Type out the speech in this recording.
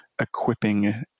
equipping